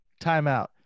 timeout